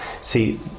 See